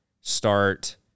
start